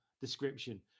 description